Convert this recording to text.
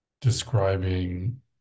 describing